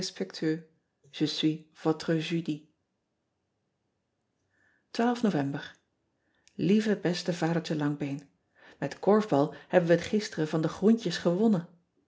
ovember ieve beste adertje angbeen et korfbal hebben we het gisteren van de roentjes gewonnen